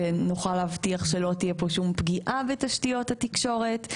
שנוכל להבטיח שלא תהיה פה שום פגיעה בתשתיות התקשורת.